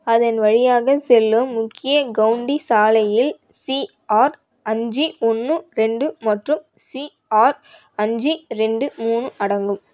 அதன் வழியாக செல்லும் முக்கிய கவுண்டி சாலையில் சிஆர் அஞ்சு ஒன்று ரெண்டு மற்றும் சிஆர் அஞ்சு ரெண்டு மூணு அடங்கும்